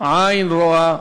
"עין רואה